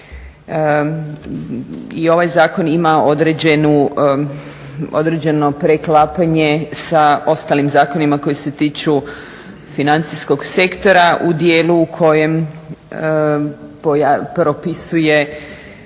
i ovaj zakon ima određenu, određeno preklapanje sa ostalim zakonima koji se tiču financijskog sektora u dijelu u kojem propisuje